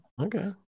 Okay